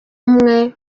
umwe